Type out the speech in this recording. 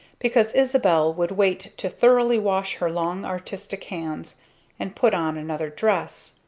because isabel would wait to thoroughly wash her long artistic hands and put on another dress.